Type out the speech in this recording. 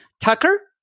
Tucker